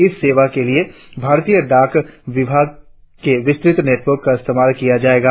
इस सेवा के लिए भारतीय डाक विभाग के विस्तृत नेटवर्क का इस्तेमाल किया जाएगा